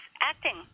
acting